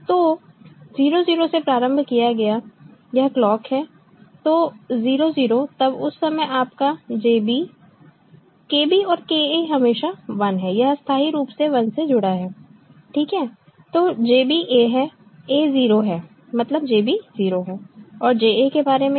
तो 0 0 से प्रारंभ किया गया है यह क्लॉक है तो 0 0 तब उस समय आपका JB KB और KA हमेशा 1 है यह स्थाई रूप से 1 से जुड़ा है ठीक है तो JB A है A 0 है मतलब JB 0 है और JA के बारे में क्या